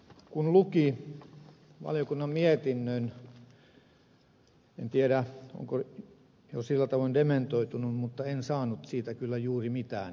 kun luki valiokunnan mietinnön en tiedä onko jo sillä tavoin dementoitunut mutta en saanut siitä kyllä juuri mitään irti